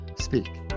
Speak